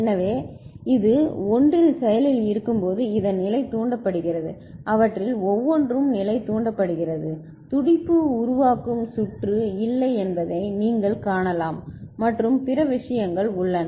எனவே இது 1 இல் செயலில் இருக்கும்போது இதன் நிலை தூண்டப்படுகிறது அவற்றில் ஒவ்வொன்றும் நிலை தூண்டப்படுகிறது துடிப்பு உருவாக்கும் சுற்று இல்லை என்பதை நீங்கள் காணலாம் மற்றும் பிற விஷயங்கள் உள்ளன